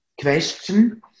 question